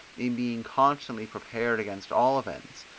in being constantly prepared against all events,